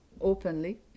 openly